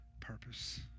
purpose